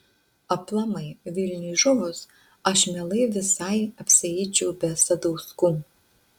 aplamai vilniui žuvus aš mielai visai apsieičiau be sadauskų